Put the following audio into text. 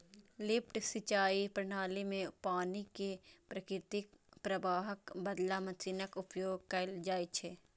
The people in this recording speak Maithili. लिफ्ट सिंचाइ प्रणाली मे पानि कें प्राकृतिक प्रवाहक बदला मशीनक उपयोग कैल जाइ छै